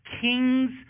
kings